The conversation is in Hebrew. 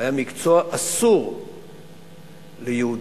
היה מקצוע אסור ליהודים,